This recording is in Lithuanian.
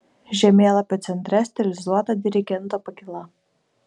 žemėlapio centre stilizuota dirigento pakyla